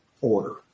order